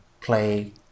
play